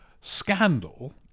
scandal